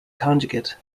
conjugate